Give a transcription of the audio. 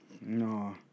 No